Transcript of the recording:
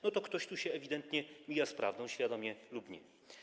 No to ktoś tu się ewidentnie mija z prawdą, świadomie lub nie.